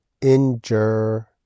injure